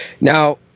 now